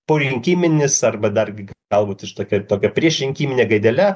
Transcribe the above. porinkiminis arba dargi galbūt ir tokia itokia priešrinkimine gaidele